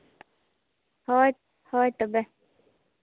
ᱦᱳᱭ ᱦᱳᱭ ᱛᱚᱵᱮ